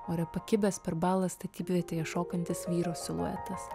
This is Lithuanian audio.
ore pakibęs per balą statybvietėje šokantis vyro siluetas